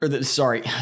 sorry